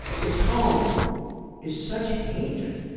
the tone is such hatred.